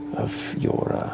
of your ah